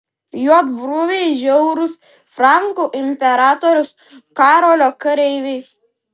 juodbruviai žiaurūs frankų imperatoriaus karolio kareiviai